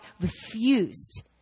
refused